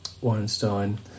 Weinstein